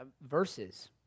verses